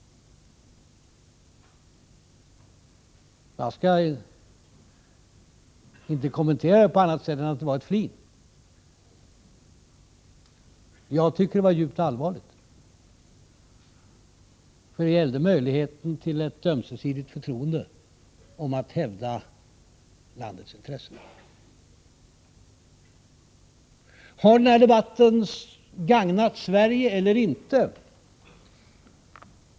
Jag skall inte kommentera det på annat sätt än att det var ett flin. Jag tycker att detta var djupt allvarligt, för det gällde möjligheten till ett ömsesidigt förtroende för att hävda landets intressen. Har den här debatten gagnat Sverige eller inte?